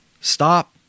stop